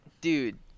dude